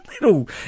little